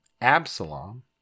Absalom